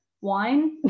wine